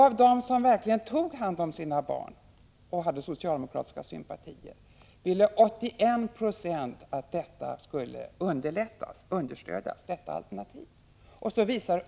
Av dem som verkligen tog hand om sina barn och hade socialdemokratiska sympatier ville 81 9 att detta alternativ skulle underlättas och understödjas.